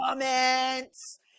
comments